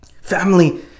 Family